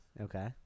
Okay